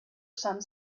some